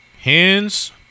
Hands